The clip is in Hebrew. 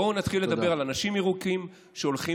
בואו נתחיל לדבר על אנשים ירוקים שהולכים